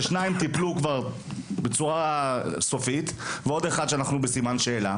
ששניים טיפלו כבר בצורה סופית ועוד אחד שאנחנו בסימן שאלה